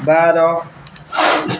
ବାର